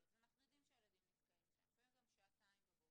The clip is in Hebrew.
אז אנחנו יודעים שהילדים נתקעים שם לפעמים גם שעתיים בבוקר.